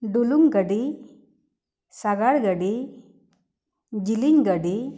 ᱰᱩᱞᱩᱝ ᱜᱟᱹᱰᱤ ᱥᱟᱜᱟᱲ ᱜᱟᱹᱰᱤ ᱡᱤᱞᱤᱝ ᱜᱟᱹᱰᱤ